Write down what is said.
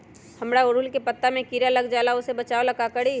हमरा ओरहुल के पत्ता में किरा लग जाला वो से बचाबे ला का करी?